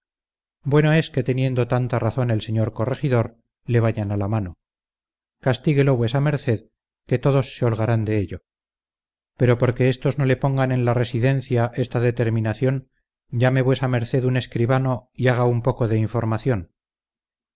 bueno es que teniendo tanta razón el señor corregidor le vayan a la mano castíguelo vuesa merced que todos se holgarán de ello pero porque estos no le pongan en la residencia esta determinación llame vuesa merced un escribano y haga un poco de información